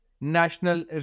National